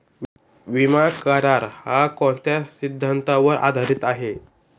विमा करार, हा कोणत्या सिद्धांतावर आधारीत आहे?